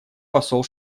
посол